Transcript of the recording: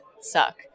suck